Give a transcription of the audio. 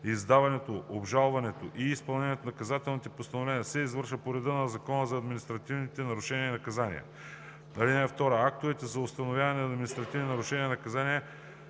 издаването, обжалването и изпълнението на наказателните постановления се извършва по реда на Закона за административните нарушения и наказания.